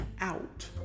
out